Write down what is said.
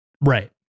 right